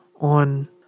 on